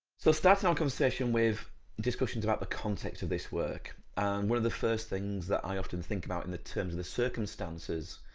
so starting our conversation with discussions about the context of this work and one of the first things that i often think about in the terms of the circumstances,